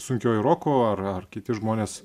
sunkiuoju roku ar ar kiti žmonės